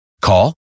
Call